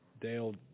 Dale